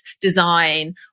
design